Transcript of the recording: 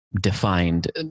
defined